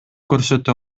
көрсөтө